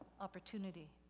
opportunity